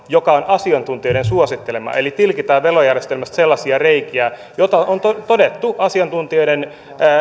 joka on asiantuntijoiden suosittelema eli tilkitään verojärjestelmästä sellaisia reikiä jotka on todettu asiantuntijoiden